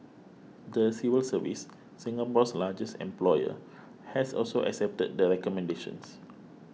the civil service Singapore's largest employer has also accepted the recommendations